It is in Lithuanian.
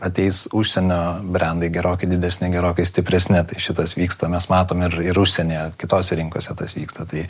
ateis užsienio brendai gerokai didesni gerokai stipresni šitas vyksta mes matom ir ir užsienyje kitose rinkose tas vyksta tai